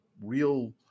real